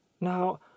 now